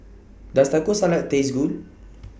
Does Taco Salad Taste Good